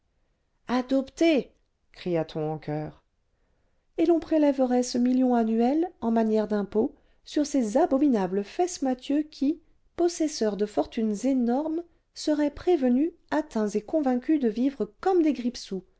adopté cria-t-on en choeur et l'on prélèverait ce million annuel en manière d'impôt sur ces abominables fesse mathieux qui possesseurs de fortunes énormes seraient prévenus atteints et convaincus de vivre comme des